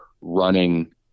running